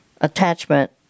attachment